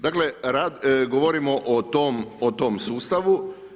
Dakle rad, govorimo o tom sustavu.